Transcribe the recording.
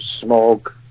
smog